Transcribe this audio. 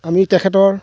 আমি তেখেতৰ